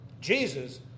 Jesus